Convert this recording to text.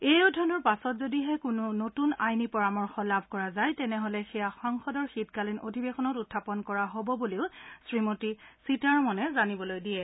এই অধ্যয়নৰ পাছত যদিহে কোনো নতুন আইনী পৰামৰ্শ লাভ কৰা যায় তেনেহলে সেয়া সংসদৰ শীতকালীন অধিৱেশনত উখাপন কৰা হব বুলিও শ্ৰীমতী সীতাৰমণে জানিবলৈ দিয়ে